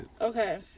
Okay